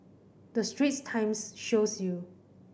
the Straits Times shows you